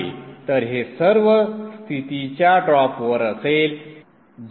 तर हे सर्व स्थितीच्या ड्रॉपवर असेल